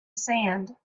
sand